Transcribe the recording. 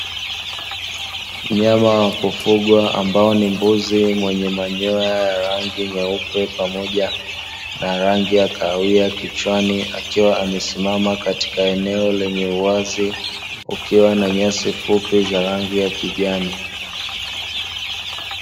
Mnyama wa kufugwa ambao ni mbuzi mwenye manyoya ya rangi nyeupe pamoja na rangi ya kahawia kichwani akiwa amesimama katika eneo lenye uwazi, kukiwa na nyasi fupi za rangi ya kijani